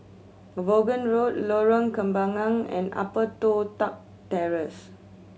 Vaughan Road Lorong Kembagan and Upper Toh Tuck Terrace